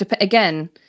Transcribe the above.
again